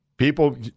People